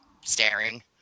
staring